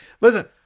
Listen